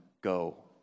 go